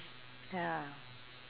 ya